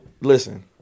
listen